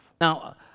Now